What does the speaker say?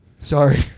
sorry